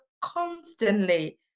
constantly